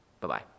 Bye-bye